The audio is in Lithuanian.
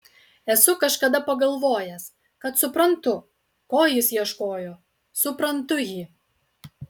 esu kažkada pagalvojęs kad suprantu ko jis ieškojo suprantu jį